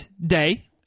day